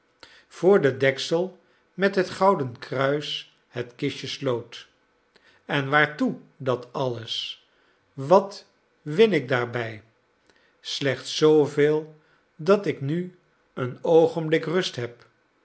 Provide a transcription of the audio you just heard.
voor het deksel met het gouden kruis het kistje sloot en waartoe dat alles wat win ik daarbij slechts zooveel dat ik nu een oogenblik rust heb